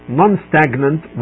non-stagnant